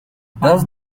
does